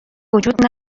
وجود